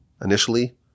initially